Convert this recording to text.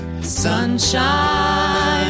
Sunshine